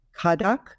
Kadak